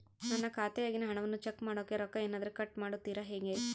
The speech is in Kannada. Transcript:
ನನ್ನ ಖಾತೆಯಾಗಿನ ಹಣವನ್ನು ಚೆಕ್ ಮಾಡೋಕೆ ರೊಕ್ಕ ಏನಾದರೂ ಕಟ್ ಮಾಡುತ್ತೇರಾ ಹೆಂಗೆ?